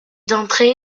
d’andré